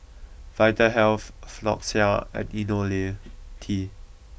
Vitahealth Floxia and Ionil T